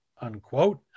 unquote